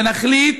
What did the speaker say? ונחליט